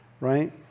right